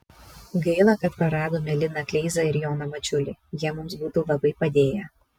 gaila kad praradome liną kleizą ir joną mačiulį jie mums būtų labai padėję